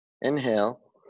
Inhale